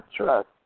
trust